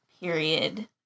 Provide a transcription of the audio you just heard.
period